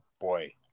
boy